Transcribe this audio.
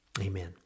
Amen